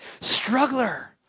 Struggler